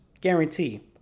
Guarantee